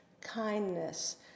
kindness